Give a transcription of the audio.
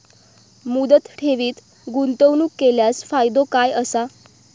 मुदत ठेवीत गुंतवणूक केल्यास फायदो काय आसा?